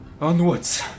Onwards